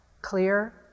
clear